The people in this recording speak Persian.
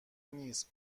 نیس